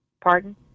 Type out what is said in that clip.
Pardon